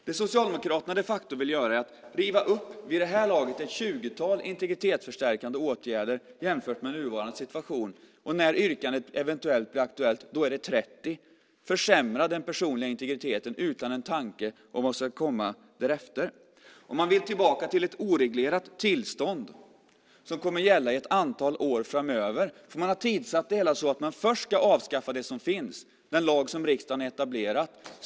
Det Socialdemokraterna de facto vill göra är att riva upp ett vid det här laget tjugotal integritetsförstärkande åtgärder jämfört med nuvarande situation, och när yrkandet eventuellt blir aktuellt är det 30. Man vill försämra den personliga integriteten utan en tanke på vad som ska komma därefter. Man vill tillbaka till ett oreglerat tillstånd som kommer att gälla i ett antal år framöver. Man har tidsatt det hela så att man först ska avskaffa det som finns, den lag som riksdagen har etablerat.